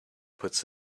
puts